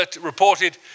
reported